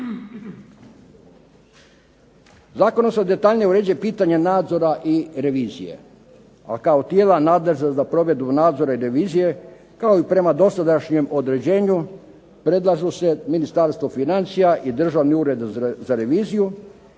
Zakonom se detaljnije uređuje pitanje nadzora i revizije, a kao tijela nadležna za provedbu nadzora i revizije kao i prema dosadašnjem određenju predlažu se Ministarstvo financija i Državni ured za reviziju